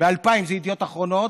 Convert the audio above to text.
ב-2000 זה ידיעות אחרות,